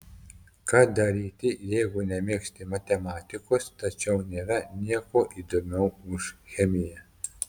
ką daryti jeigu nemėgsti matematikos tačiau nėra nieko įdomiau už chemiją